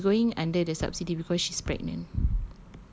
no but she's going under the subsidy because she's pregnant